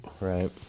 Right